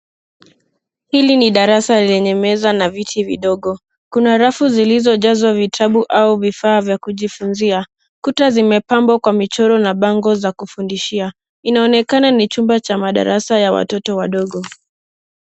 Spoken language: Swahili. Hili ni darasa lenye meza na viti vidogo. Kuna rafu zilizojazwa vitabu au vifaa vya kujifunzia. Kuta zimepambwa kwa michoro na bango za kufundishia. Inaonekana ni chuma cha madarasa ya watoto wadogo.